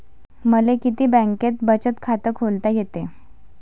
मले किती बँकेत बचत खात खोलता येते?